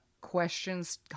questions